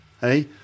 hey